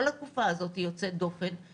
כל התקופה הזאת היא יוצאת דופן,